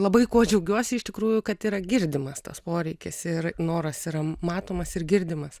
labai kuo džiaugiuosi iš tikrųjų kad yra girdimas tas poreikis ir noras yra matomas ir girdimas